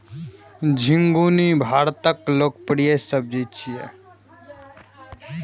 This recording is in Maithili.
झिंगुनी भारतक लोकप्रिय सब्जी छियै